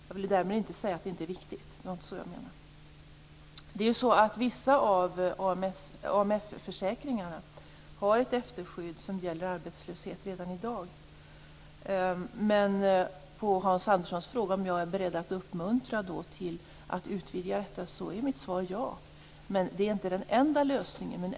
Jag vill därmed inte säga att det inte är viktigt. Det var inte så jag menade. Vissa av AMF-försäkringarna har ett efterskydd som gäller arbetslöshet redan i dag. På Hans Anderssons fråga om jag är beredd att uppmuntra till att utvidga detta är mitt svar ja. Men det är inte den enda lösningen.